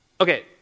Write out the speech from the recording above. Okay